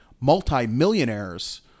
multi-millionaires